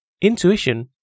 Intuition